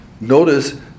notice